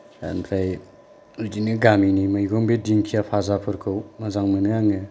ओमफ्राय बिदिनो गामिनि मैगं बे दिंखिया भाजाफोरखौ मोजां मोनो आङो